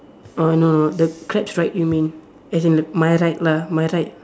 oh no the crabs right you mean as in my right lah my right